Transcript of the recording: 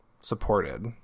supported